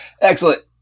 Excellent